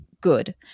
good